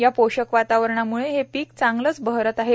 या पोषक वातावरणाम्ळे हे पीक चांगलेच बहरत आहे